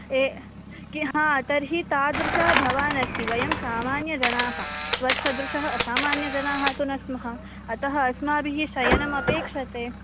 ए किं हा तर्हि तादृशं भवान् अस्ति वयं सामान्यजनाः त्वत् सदृशः असामान्यजनाः तु न स्मः अतः अस्माभिः शयनमपेक्ष्यते